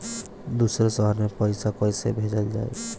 दूसरे शहर में पइसा कईसे भेजल जयी?